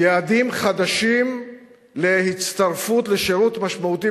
יעדים חדשים להצטרפות לשירות משמעותי